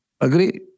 Agree